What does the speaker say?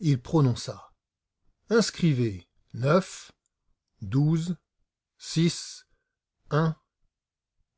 il prononça inscrivez neuf il